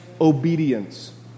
obedience